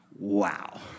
Wow